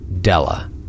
Della